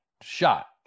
shot